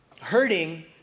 hurting